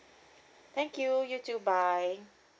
thank you you too bye